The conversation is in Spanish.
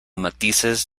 matices